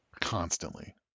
constantly